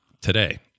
today